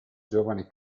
giovane